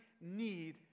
need